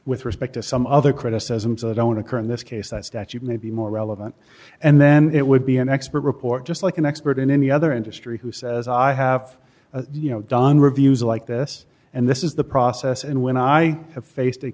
with respect to some other criticisms i don't occur in this case that statute may be more relevant and then it would be an expert report just like an expert in any other industry who says i have you know don reviews like this and this is the process and when i have faced a